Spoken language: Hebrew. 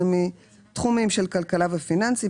זה מתחומים של כלכלה ופיננסים,